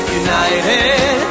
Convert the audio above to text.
united